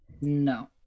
No